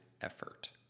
effort